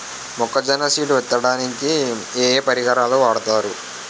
మొక్కజొన్న సీడ్ విత్తడానికి ఏ ఏ పరికరాలు వాడతారు?